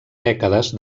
dècades